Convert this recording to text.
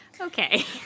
okay